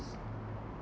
~ese